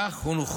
למה